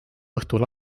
õhtul